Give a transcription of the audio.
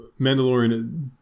Mandalorian